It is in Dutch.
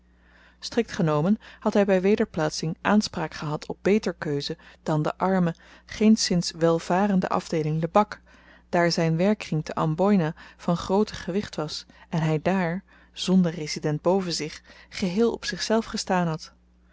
strikt genomen had hy by wederplaatsing aanspraak gehad op beter keuze dan de arme geenszins welvarende afdeeling lebak daar zyn werkkring te amboina van grooter gewicht was en hy dààr zonder resident boven zich geheel op zichzelf gestaan had